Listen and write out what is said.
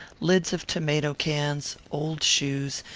lids of tomato-cans, old shoes,